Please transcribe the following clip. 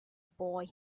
boy